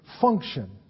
function